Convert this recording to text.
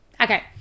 Okay